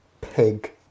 pig